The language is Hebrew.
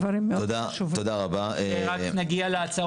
כמה דברים